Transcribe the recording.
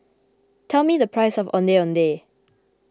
tell me the price of Ondeh Ondeh